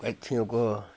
पक्षियों को